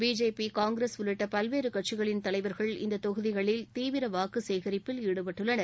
BJP Congress உள்ளிட்ட பல்வேறு கட்சிகளின் தலைவர்கள் இந்த தொகுதிகளில் தீவிர வாக்கு சேகரிப்பில் ஈடுபட்டுள்ளனர்